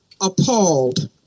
appalled